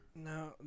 No